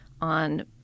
on